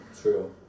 true